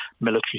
military